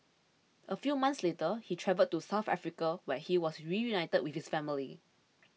a few months later he travelled to South Africa where he was reunited with his family